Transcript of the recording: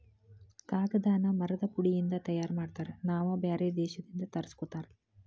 ಕಾಗದಾನ ಮರದ ಪುಡಿ ಇಂದ ತಯಾರ ಮಾಡ್ತಾರ ನಾವ ಬ್ಯಾರೆ ದೇಶದಿಂದ ತರಸ್ಕೊತಾರ